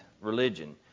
religion